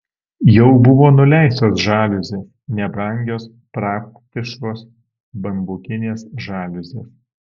jau buvo nuleistos žaliuzės nebrangios praktiškos bambukinės žaliuzės